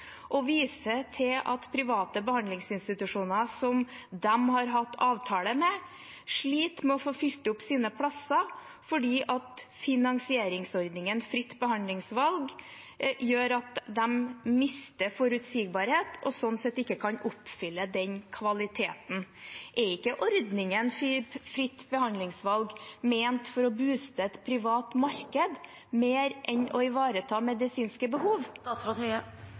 private behandlingsinstitusjoner som de har hatt avtale med, sliter med å få fylt opp sine plasser fordi finansieringsordningen Fritt behandlingsvalg gjør at de mister forutsigbarhet og sånn sett ikke kan oppfylle den kvaliteten. Er ikke ordningen fritt behandlingsvalg ment for å «booste» et privat marked, mer enn for å ivareta medisinske behov?